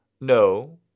No